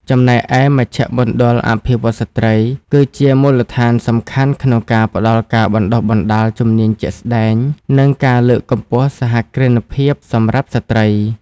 ចំណែកឯ មជ្ឈមណ្ឌលអភិវឌ្ឍន៍ស្ត្រី គឺជាមូលដ្ឋានសំខាន់ក្នុងការផ្តល់ការបណ្តុះបណ្តាលជំនាញជាក់ស្តែង និងការលើកកម្ពស់សហគ្រិនភាពសម្រាប់ស្ត្រី។